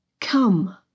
Come